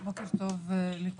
בוקר טוב לכולם.